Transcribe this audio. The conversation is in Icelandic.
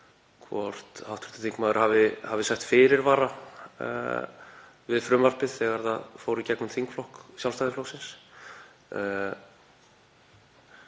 hvort hv. þingmaður hafi sett fyrirvara við frumvarpið þegar það fór í gegnum þingflokk Sjálfstæðisflokksins.